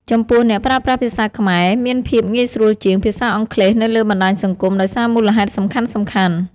ចំពោះអ្នកប្រើប្រាស់ភាសាខ្មែរ មានភាពងាយស្រួលជាង ភាសាអង់គ្លេសនៅលើបណ្ដាញសង្គម ដោយសារមូលហេតុសំខាន់ៗ។